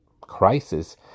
crisis